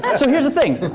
and so, here's the thing,